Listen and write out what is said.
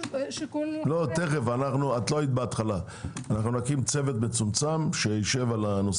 אנחנו נקים צוות מצומצם שיישב על הנושא